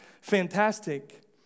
fantastic